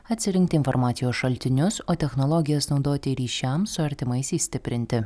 atsirinkti informacijos šaltinius o technologijas naudoti ryšiams su artimaisiais stiprinti